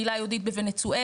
קהילה יהודית בוונצואלה,